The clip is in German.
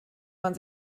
man